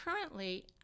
currently